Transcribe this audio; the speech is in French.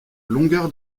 longueur